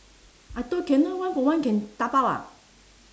I thought cannot one for one can dabao ah